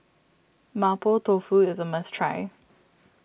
Mapo Tofu is a must try